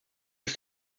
ist